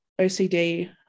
OCD